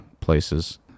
places